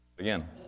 Again